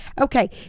Okay